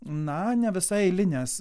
na ne visai eilinės